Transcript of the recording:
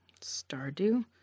Stardew